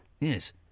Yes